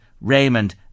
Raymond